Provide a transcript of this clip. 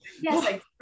Yes